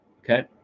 Okay